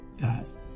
guys